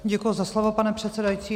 Děkuji za slovo, pane předsedající.